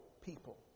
people